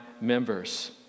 members